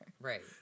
Right